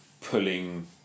pulling